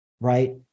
right